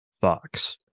Fox